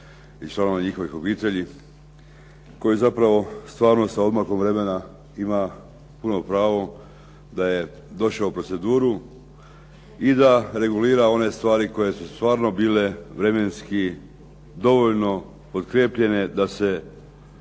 i članova njihovih obitelji koji zapravo stvarno sa odmakom vremena ima puno pravo da je došao u proceduru i da regulira one stvari koje su stvarno bile vremenski dovoljno potkrijepljene da se